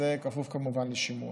זה כפוף לשימוע,